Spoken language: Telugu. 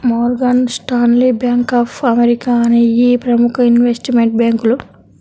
Morgan Stanley, bank of America అనేయ్యి ప్రముఖ ఇన్వెస్ట్మెంట్ బ్యేంకులు